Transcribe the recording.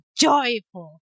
joyful